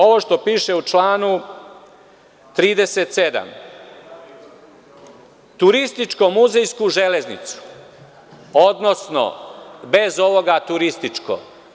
Ovo što piše u članu 37, turističko-muzejsku železnicu, odnosno bez ovoga - turističko.